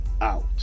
out